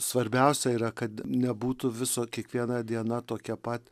svarbiausia yra kad nebūtų viso kiekviena diena tokia pat